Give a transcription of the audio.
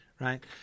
right